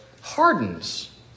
hardens